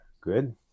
good